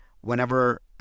Whenever